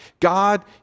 God